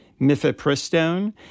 mifepristone